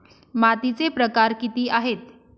मातीचे प्रकार किती आहेत?